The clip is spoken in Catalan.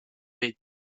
vell